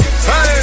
Hey